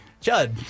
Judd